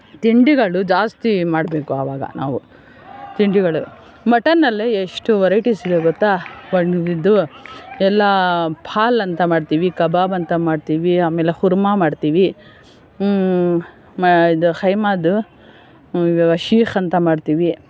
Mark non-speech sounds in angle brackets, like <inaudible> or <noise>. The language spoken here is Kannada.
ತಿಂಡಿಗಳು ಜಾಸ್ತಿ ಮಾಡಬೇಕು ಆವಾಗ ನಾವು ತಿಂಡಿಗಳು ಮಟನಲ್ಲಿ ಎಷ್ಟು ವೈರೈಟೀಸ್ ಇದೆ ಗೊತ್ತಾ <unintelligible> ಎಲ್ಲ ಪಾಲು ಅಂತ ಮಾಡ್ತೀವಿ ಕಬಾಬ್ ಅಂತ ಮಾಡ್ತೀವಿ ಆಮೇಲೆ ಹುರ್ಮ ಮಾಡ್ತೀವಿ ಇದು ಕೈಮಾದು ಶೀಕ್ ಅಂತ ಮಾಡ್ತೀವಿ